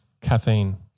caffeine